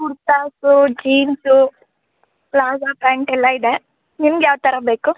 kurtas jeans palazzo ಪ್ಯಾಂಟೆಲ್ಲ ಇದೆ ನಿಮ್ಗೆ ಯಾವ ಥರ ಬೇಕು